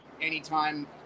anytime